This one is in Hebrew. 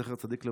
זכר צדיק לברכה.